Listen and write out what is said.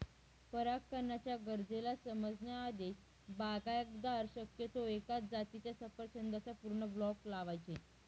परागकणाच्या गरजेला समजण्या आधीच, बागायतदार शक्यतो एकाच जातीच्या सफरचंदाचा पूर्ण ब्लॉक लावायचे